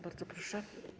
Bardzo proszę.